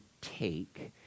take